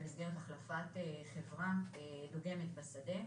במסגרת החלפת חברה דוגמת בשדה,